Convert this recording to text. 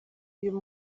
uyu